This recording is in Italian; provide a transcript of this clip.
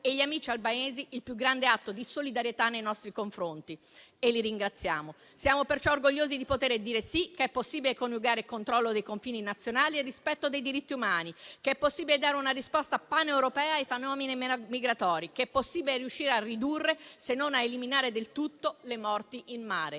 e gli amici albanesi il più grande atto di solidarietà nei nostri confronti e li ringraziamo. Siamo perciò orgogliosi di poter dire che è possibile coniugare il controllo dei confini nazionali e il rispetto dei diritti umani; che è possibile dare una risposta paneuropea ai fenomeni migratori; che è possibile riuscire a ridurre, se non a eliminare del tutto, le morti in mare.